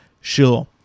Sure